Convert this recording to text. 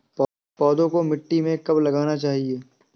पौधों को मिट्टी में कब लगाना चाहिए?